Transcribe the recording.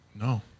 No